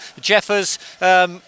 Jeffers